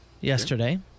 yesterday